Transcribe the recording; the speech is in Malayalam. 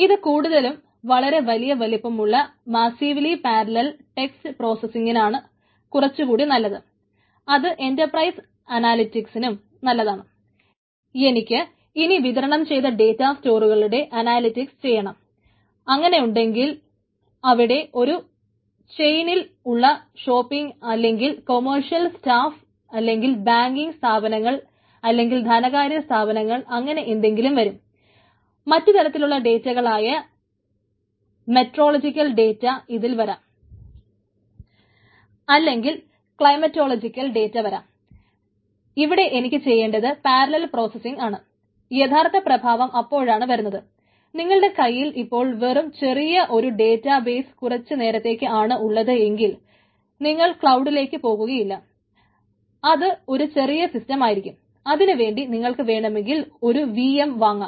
ഇത് കൂടുതലും വളരെ വലിയ വലിപ്പമുള്ള മാസ്സീവിലി പാരലൽ ടെക്സ്റ്റ് പ്രോസ്സസ്സിങ്ങിനാണ് വാങ്ങിക്കാം